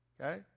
Okay